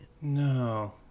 No